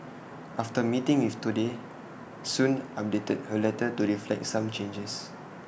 after meeting with Today Soon updated her letter to reflect some changes